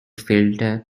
filter